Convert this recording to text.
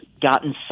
gotten